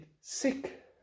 sick